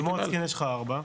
במוצקין יש לך ארבע.